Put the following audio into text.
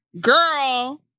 girl